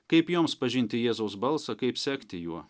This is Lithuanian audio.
kaip joms pažinti jėzaus balsą kaip sekti juo